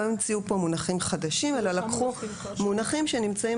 לא המציאו פה מונחים חדשים אלא לקחו מונחים שכבר נמצאים